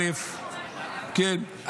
כן,